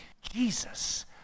Jesus